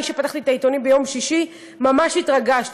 אני, כשפתחתי את העיתונים ביום שישי, ממש התרגשתי.